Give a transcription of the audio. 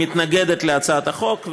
מתנגדת להצעת החוק,